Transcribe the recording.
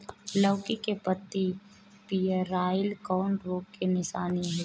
लौकी के पत्ति पियराईल कौन रोग के निशानि ह?